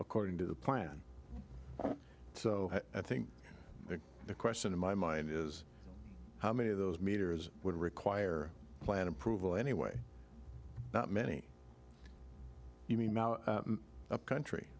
according to the plan so i think the question in my mind is how many of those meters would require plan approval anyway many upcountry